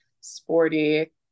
Sporty